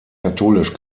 katholisch